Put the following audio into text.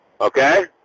Okay